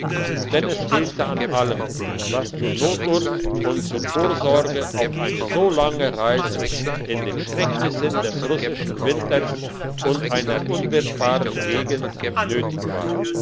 denn es fehlte an allem was zur notdurft und zur vorsorge auf eine so lange reise in den schrecknissen des russischen winters und einer unwirtbaren gegend nötig war